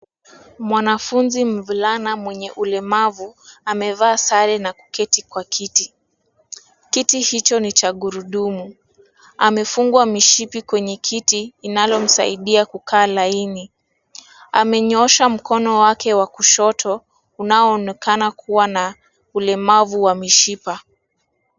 Mwanafunzi mvulana mwenye ulemavu amevaa sare na kuketi kwa kiti. Kiti hicho ni cha gurudumu. Amefungwa mishipi kwenye kiti inayomsaidia kukaa laini. Amenyoosha mkono wake wa kushoto unaoonekana kuwa na ulemavu wa mishipa.